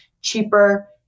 cheaper